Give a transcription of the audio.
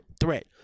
threat